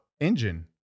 engine